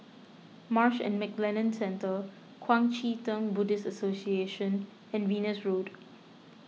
Marsh and McLennan Centre Kuang Chee Tng Buddhist Association and Venus Road